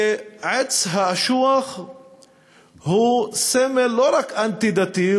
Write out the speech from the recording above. שעץ האשוח הוא סמל לא רק אנטי-דתי,